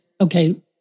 okay